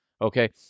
Okay